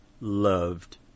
loved